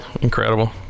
incredible